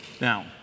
Now